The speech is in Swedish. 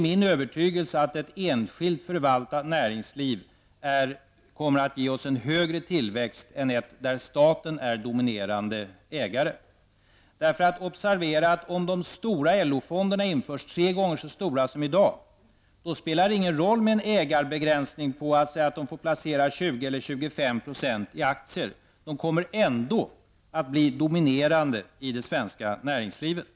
Min övertygelse är att ett enskilt förvaltat näringsliv kommer att ge oss en högre tillväxt än ett näringsliv där staten är dominerande ägare. Observera att om de stora LO-fonderna införs, tre gånger så stora som dagens fonder, så spelar det ingen roll med en ägarbegränsning som innebär att t.ex. 20--25 % får placeras i aktier. Fonderna kommer ändå att bli dominerande i det svenska näringslivet.